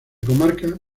comarca